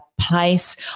place